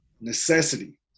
necessity